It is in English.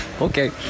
Okay